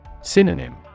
Synonym